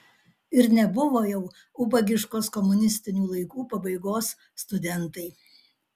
ir nebuvo jau ubagiškos komunistinių laikų pabaigos studentai